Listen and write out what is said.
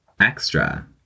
extra